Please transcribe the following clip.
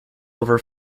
over